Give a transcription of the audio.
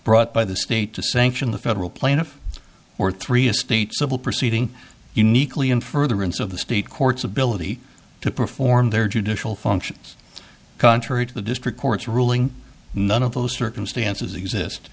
brought by the state to sanction the federal plaintiff or three a state civil proceeding uniquely in furtherance of the state courts ability to perform their judicial functions contrary to the district court's ruling none of those circumstances exist